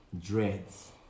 dreads